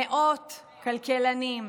מאות כלכלנים,